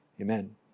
amen